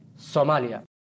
Somalia